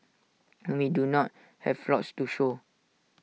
and we do not have lots to show